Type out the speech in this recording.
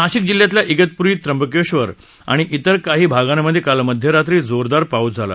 नाशिक जिल्ह्यातल्या इगतप्री त्र्यंबकेश्वकर आणि इतर काही भागांमध्ये काल मध्यरात्री जोरदार पाऊस झाला